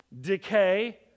decay